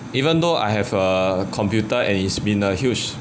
even though I have a computer and it's been a huge